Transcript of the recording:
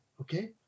okay